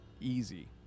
Easy